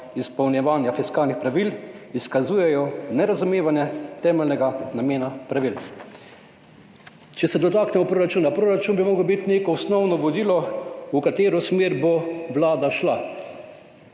izpolnjevanja fiskalnih pravil izkazujejo nerazumevanje temeljnega namena pravil. Če se dotaknemo proračuna. Proračun bi moral biti neko osnovno vodilo, v katero smer bo vlada šla.